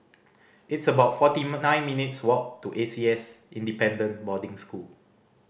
it's about forty nine minutes' walk to A C S Independent Boarding School